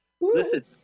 Listen